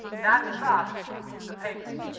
that stops the payment.